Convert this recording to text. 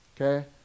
Okay